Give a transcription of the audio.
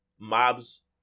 mobs